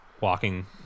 walking